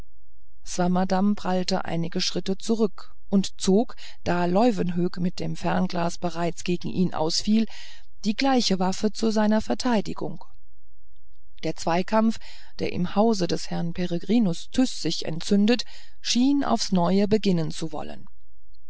swammerdamm prallte einige schritte zurück und zog da leuwenhoek mit dem fernglas bereits gegen ihn ausfiel die gleiche waffe zu seiner verteidigung der zweikampf der im hause des herrn peregrinus tyß sich entzündet schien aufs neue beginnen zu wollen